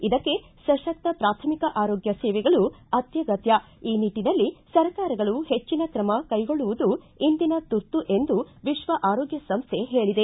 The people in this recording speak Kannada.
ಇದಕ್ಕೆ ಸಶಕ್ತ ಪ್ರಾಥಮಿಕ ಆರೋಗ್ಯ ಸೇವೆಗಳು ಅತ್ಯಗತ್ತ ಈ ನಿಟ್ಟನಲ್ಲಿ ಸರ್ಕಾರಗಳು ಹೆಚ್ಚನ ಕ್ರಮ ಕೈಗೊಳ್ಳವುದು ಇಂದಿನ ತುರ್ತು ಎಂದೂ ವಿಶ್ವ ಆರೋಗ್ವ ಸಂಸ್ಟೆ ಹೇಳಿದೆ